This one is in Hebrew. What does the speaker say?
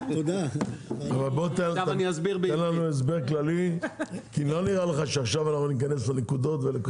תן לנו הסבר כללי כי לא נראה לך שניכנס עכשיו לכל הנקודות.